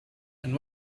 and